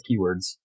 keywords